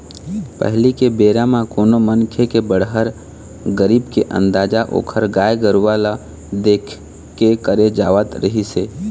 पहिली के बेरा म कोनो मनखे के बड़हर, गरीब के अंदाजा ओखर गाय गरूवा ल देख के करे जावत रिहिस हे